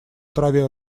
траве